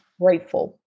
grateful